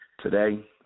Today